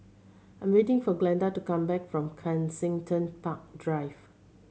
I'm waiting for Glenda to come back from Kensington Park Drive